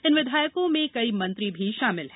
इन विधायकों में कई मंत्री शामिल हैं